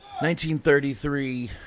1933